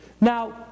Now